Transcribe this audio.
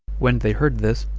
when they heard this,